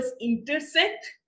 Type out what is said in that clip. intersect